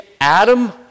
Adam